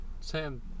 Sam